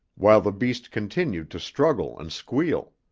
while the beast continued to struggle and squeal.